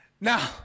Now